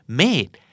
made